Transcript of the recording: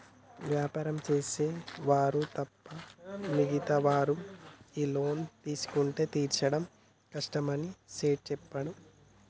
వ్యాపారం చేసే వారు తప్ప మిగతా వారు ఈ లోన్ తీసుకుంటే తీర్చడం కష్టమని సేట్ చెప్పిండు